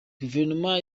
guverinoma